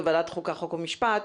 בוועדת החוקה חוק ומשפט,